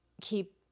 keep